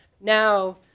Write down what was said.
now